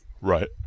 Right